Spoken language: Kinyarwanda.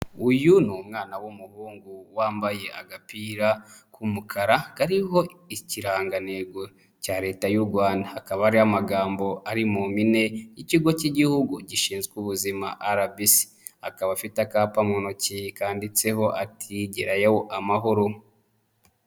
Uyu ni umwana w'umuhungu wambaye agapira k'umukara kariho ikirangantego cya Leta y'u Rwanda, hakaba ari magambo ari mu mpine y'ikigo cy'Igihugu gishinzwe ubuzima RBC, akaba afite akapa mu ntoki kanditseho ati: "Gerayo amahoro".